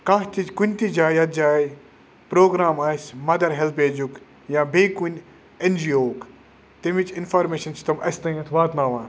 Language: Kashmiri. کانٛہہ تہِ کُنہِ تہِ جایہِ یَتھ جایہِ پرٛوگرام آسہِ مَدَر ہٮ۪لپیجُک یا بیٚیہِ کُنہِ اٮ۪ن جی او وُک تَمِچ اِنفارمیشَن چھِ تِم اَسہِ تامَتھ واتناوان